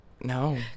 No